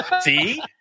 see